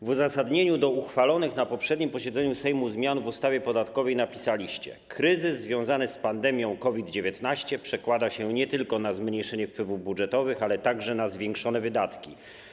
W uzasadnieniu do uchwalonych na poprzednim posiedzeniu Sejmu zmian w ustawie podatkowej napisaliście: Kryzys związany z pandemią COVID-19 przekłada się nie tylko na zmniejszenie wpływów budżetowych, ale także na zwiększone wydatki.